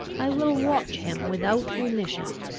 i will watch him without remission.